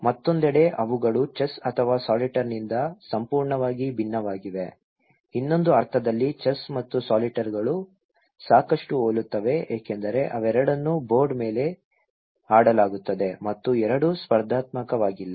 ಮತ್ತೊಂದೆಡೆ ಅವುಗಳು ಚೆಸ್ ಅಥವಾ ಸಾಲಿಟೇರ್ನಿಂದ ಸಂಪೂರ್ಣವಾಗಿ ಭಿನ್ನವಾಗಿವೆ ಇನ್ನೊಂದು ಅರ್ಥದಲ್ಲಿ ಚೆಸ್ ಮತ್ತು ಸಾಲಿಟೇರ್ಗಳು ಸಾಕಷ್ಟು ಹೋಲುತ್ತವೆ ಏಕೆಂದರೆ ಅವೆರಡನ್ನೂ ಬೋರ್ಡ್ ಮೇಲೆ ಆಡಲಾಗುತ್ತದೆ ಮತ್ತು ಎರಡು ಸ್ಪರ್ಧಾತ್ಮಕವಾಗಿಲ್ಲ